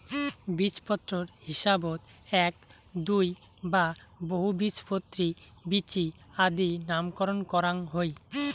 বীজপত্রর হিসাবত এ্যাক, দুই বা বহুবীজপত্রী বীচি আদি নামকরণ করাং হই